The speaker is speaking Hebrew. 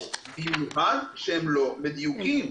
במיוחד כשהם לא מדויקים.